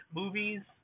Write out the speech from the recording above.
movies